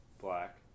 black